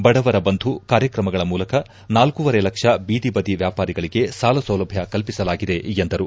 ಬಡವರ ಬಂಧು ಕಾರ್ಯಕ್ರಮಗಳ ಮೂಲಕ ನಾಲ್ಕೂವರೆ ಲಕ್ಷ ಬೀದಿ ಬದಿ ವ್ಯಾಪಾರಿಗಳಿಗೆ ಸಾಲ ಸೌಲಭ್ಯ ಕಲ್ಪಿಸಲಾಗಿದೆ ಎಂದರು